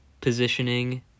positioning